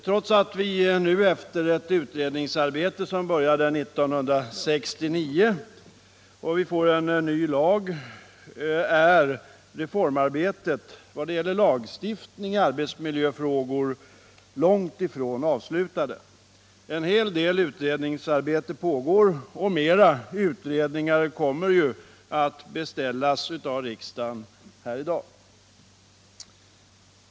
Trots att vi nu efter ett långt utredningsarbete som började 1969 får en ny lag är reformarbetet i vad det gäller lagstiftningen i arbetsmiljöfrågor långt ifrån avslutat. En hel del utredningsarbete pågår, och fler utredningar kommer att beställas av riksdagen här i dag.